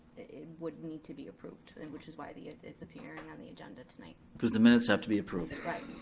it would need to be approved, and which is why it's it's appearing on the agenda tonight. cause the minutes have to be approved. right.